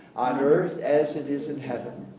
on earth as it is in heaven.